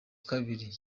kabiri